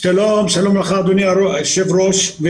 שלום לך אדוני היושב ראש.